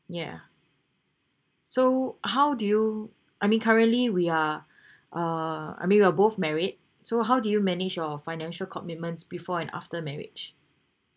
yeah so how do you I mean currently we are uh I mean we are both married so how did you manage your financial commitments before and after marriage